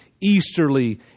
easterly